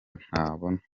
ntabona